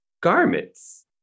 Garments